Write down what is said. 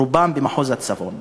רובן במחוז הצפון.